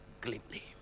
glibly